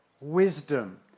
Wisdom